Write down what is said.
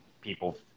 people